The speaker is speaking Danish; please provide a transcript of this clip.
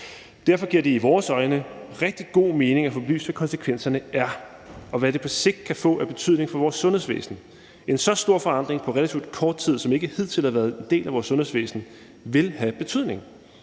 Derfor giver det i vores øjne rigtig god mening at få belyst, hvad konsekvenserne er, og hvad det på sigt kan få af betydning for vores sundhedsvæsen. En så stor forandring på relativt kort tid, som ikke hidtil har været en del af vores sundhedsvæsen, vil have betydning.